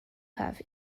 have